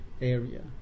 area